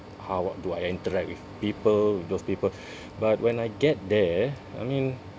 how do I interact with people those people but when I get there I mean